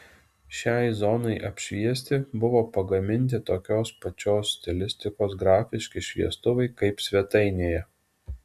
šiai zonai apšviesti buvo pagaminti tokios pačios stilistikos grafiški šviestuvai kaip svetainėje